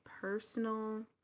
personal